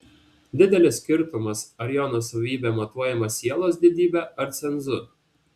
didelis skirtumas ar jo nuosavybė matuojama sielos didybe ar cenzu